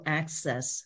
access